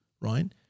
right